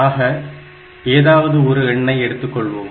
ஆக ஏதாவது ஒரு எண்ணை எடுத்துக்கொள்வோம்